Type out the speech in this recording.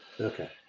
Okay